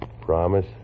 Promise